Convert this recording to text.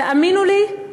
תאמינו לי,